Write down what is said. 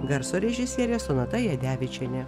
garso režisierė sonata jadevičienė